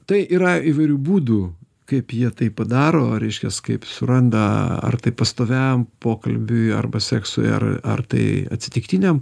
tai yra įvairių būdų kaip jie tai padaro reiškias kaip suranda ar tai pastoviam pokalbiui arba seksui ar ar tai atsitiktiniam